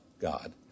God